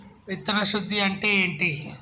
విత్తన శుద్ధి అంటే ఏంటి?